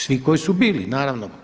Svi koji su bili, naravno.